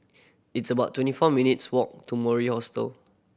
it's about twenty four minutes' walk to Mori Hostel